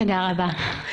תודה רבה.